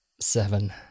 Seven